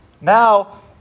Now